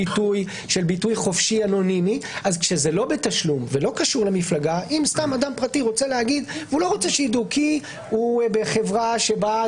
עיתונאי שכותב טור לא מפריע לי כי הוא מזהה.